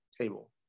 table